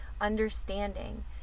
understanding